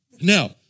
Now